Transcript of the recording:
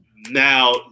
Now